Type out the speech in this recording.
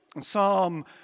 Psalm